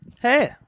Hey